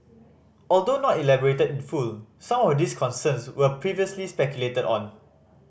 although not elaborated in full some of these concerns were previously speculated on